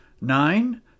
Nine